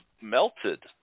melted